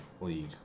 League